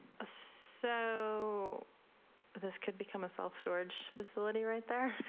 ah so this could become a self storage facility right there.